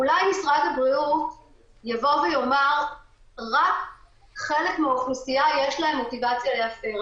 אולי משרד הבריאות יבוא ויאמר רק חלק מהאוכלוסייה יש להם מוטיבציה להפר.